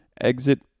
exit